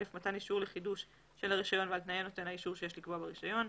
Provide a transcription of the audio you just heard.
מתן אישור לחידוש של הרישיון ועל תנאי נותן האישור שיש לקבוע ברישיון.